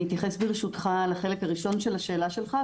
אני אתייחס ברשותך לחלק הראשון של השאלה שלך,